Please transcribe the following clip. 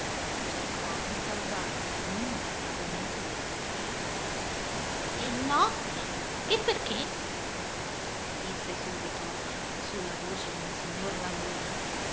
cercò di salvarli almeno dal pagamento degli interessi e no e perché gli diede subito su la voce monsignor landolina